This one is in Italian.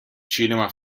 cinema